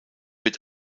wird